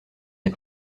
des